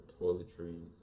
toiletries